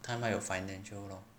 time 还有 financial lor